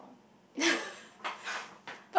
yeah